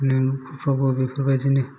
बेफोरबायदिनो